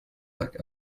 like